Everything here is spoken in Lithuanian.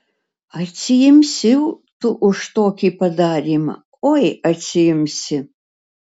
atsiimsi tu už tokį padarymą oi atsiimsi